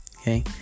Okay